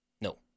No